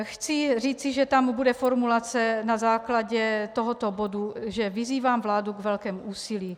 Chci říci, že tam bude formulace na základě tohoto bodu, že vyzývám vládu k velkému úsilí.